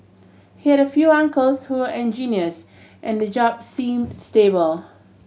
he had few uncles who were engineers and the job seemed stable